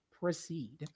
proceed